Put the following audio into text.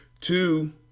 two